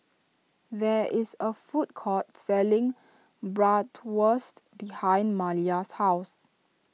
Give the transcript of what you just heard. there is a food court selling Bratwurst behind Maliyah's house